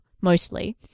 mostly –